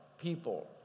people